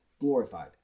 glorified